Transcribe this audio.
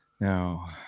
now